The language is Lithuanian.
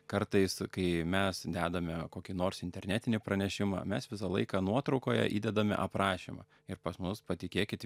kartais kai mes dedame kokį nors internetinį pranešimą mes visą laiką nuotraukoje įdedame aprašymą ir pas mus patikėkit